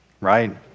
right